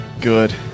Good